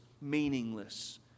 meaningless